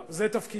טוב, זה תפקידה.